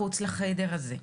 מחוץ לחדר הזה.